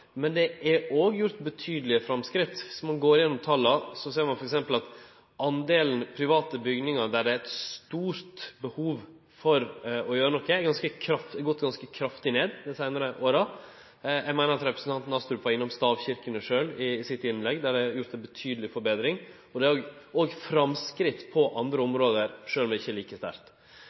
men det er òg gjort betydelege framskritt. Dersom ein går gjennom tala, ser ein f.eks. at delen av private bygningar der det er eit stort behov for å gjere noko, har gått ganske kraftig ned dei seinare åra. Eg meiner å hugse at representanten Astrup sjølv var innom stavkyrkjene i sitt innlegg – der har det vorte gjort ei betydeleg forbetring. Det er òg framsteg på andre område, sjølv om det ikkje er like